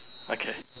okay